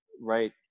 right –